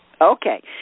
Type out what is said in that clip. Okay